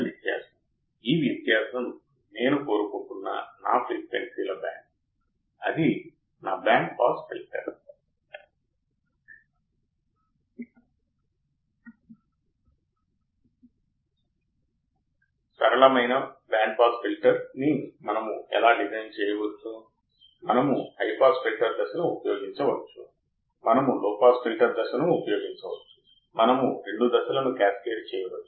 ఆప్ amp కి ప్రతికూల feedback మంచిది సానుకూల ఫీడ్బ్యాక్ యొక్క ఉపయోగాన్ని కూడా చూస్తాము సరేకానీ ప్రతికూల ఫీడ్బ్యాక్ చాలా ముఖ్యం ఎందుకంటే ప్రతికూల ఫీడ్బ్యాక్ ఉపయోగించి మనం చాలా సర్క్యూట్లను సృష్టించవచ్చు